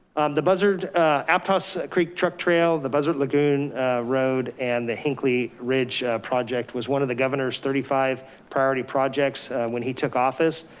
the buzzard-aptos ah but so creek truck trail, the buzzard lagoon road and the hinckley ridge project was one of the governor's thirty five priority projects when he took office.